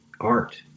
art